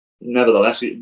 nevertheless